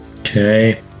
Okay